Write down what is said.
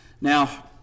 Now